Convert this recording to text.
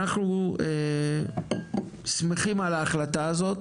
אנחנו שמחים על ההחלטה הזו,